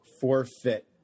forfeit